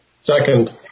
Second